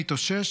התאושש,